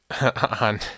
on